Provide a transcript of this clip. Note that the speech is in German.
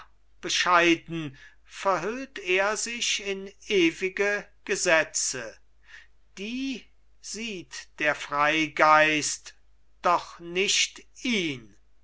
bescheiden verhüllt er sich in ewige gesetze die sieht der freigeist doch nicht ihn